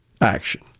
action